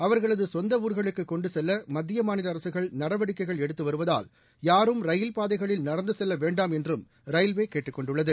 அவர்களது சொந்த ஊர்களுக்கு கொண்டு செல்ல மத்திய மாநில அரசுகள் நடவடிக்கைகள் எடுத்து வருவதால் யாரும் ரயில் பாதைகளில் நடந்து செல்ல வேண்டாம் என்றும் ரயில்வே கேட்டுக் கொண்டுள்ளது